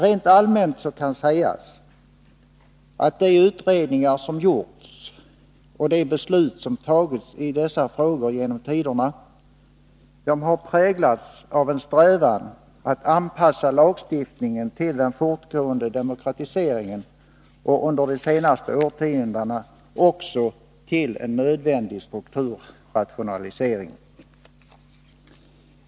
Rent allmänt kan sägas, att de utredningar som gjorts och de beslut som fattats i dessa frågor genom tiderna har präglats av en strävan att anpassa lagstiftningen till den fortgående demokratiseringen och under de senaste årtiondena också till en nödvändig strukturrationalisering.